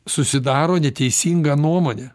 susidaro neteisingą nuomonę